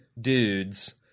dudes